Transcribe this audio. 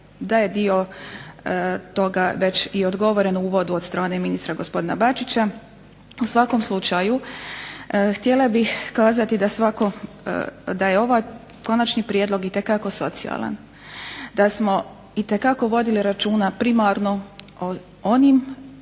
da je dio toga već i odgovoren u uvodu od strane ministra gospodina Bačića, u svakom slučaju htjela bih kazati da svako, da je ovaj konačni prijedlog itekako socijalan, da smo itekako vodili računa primarno o onim